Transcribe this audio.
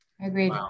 Agreed